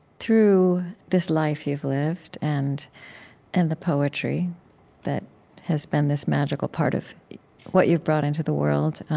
through this life you've lived and and the poetry that has been this magical part of what you've brought into the world,